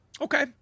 okay